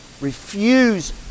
refuse